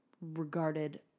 regarded